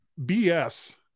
BS